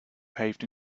paved